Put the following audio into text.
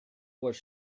was